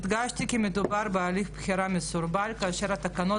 הדגשתי כי מדובר בהליך בחירה מסורבל כאשר התקנות